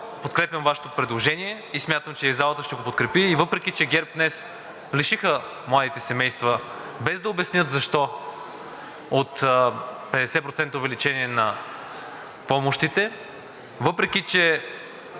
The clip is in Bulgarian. подкрепям Вашето предложение и смятам, че и залата ще го подкрепи, и въпреки че ГЕРБ днес лишиха младите семейства, без да обяснят защо, от 50% увеличение на помощите, въпреки че